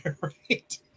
Right